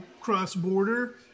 cross-border